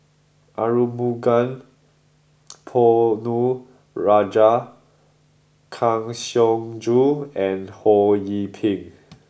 Arumugam Ponnu Rajah Kang Siong Joo and Ho Yee Ping